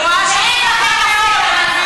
בעזה אין בתי-ספר ואין מסעדות.